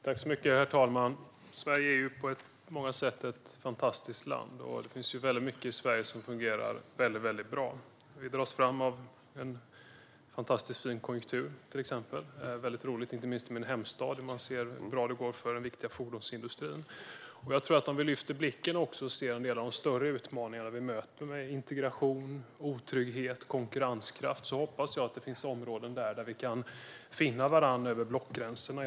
Herr talman! Sverige är på många sätt ett fantastiskt land. Det finns väldigt mycket i Sverige som fungerar väldigt bra. Vi dras till exempel fram av en fantastisk högkonjunktur. Det är väldigt roligt inte minst i min hemstad, där man ser hur bra det går för den viktiga fordonsindustrin. Om vi lyfter blicken och ser en del av de större utmaningarna vi möter med integration, otrygghet och konkurrenskraft hoppas jag att det finns områden där vi kan finna varandra över blockgränserna.